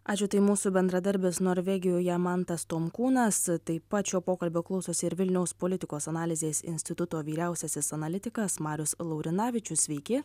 ačiū tai mūsų bendradarbis norvegijoje mantas tomkūnas taip pat šio pokalbio klausosi ir vilniaus politikos analizės instituto vyriausiasis analitikas marius laurinavičius sveiki